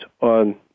on